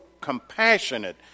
compassionate